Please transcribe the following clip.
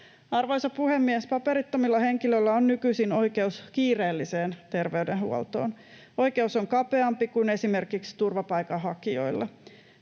Arvoisa puhemies! Paperittomilla henkilöillä on nykyisin oikeus kiireelliseen terveydenhuoltoon. Oikeus on kapeampi kuin esimerkiksi turvapaikanhakijoilla.